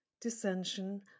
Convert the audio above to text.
dissension